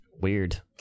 Weird